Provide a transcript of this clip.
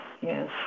Yes